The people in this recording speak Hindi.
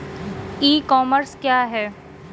ई कॉमर्स क्या है?